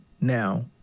Now